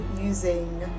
using